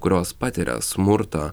kurios patiria smurtą